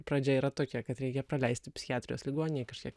pradžia yra tokia kad reikia praleisti psichiatrijos ligoninėj kažkiek